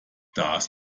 das